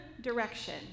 direction